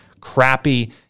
crappy